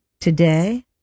today